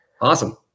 Awesome